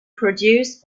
produce